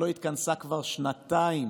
שלא התכנסה כבר שנתיים,